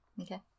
Okay